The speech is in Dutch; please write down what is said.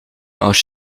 als